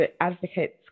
Advocates